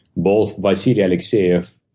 both vysev alexsyev,